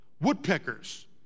Woodpeckers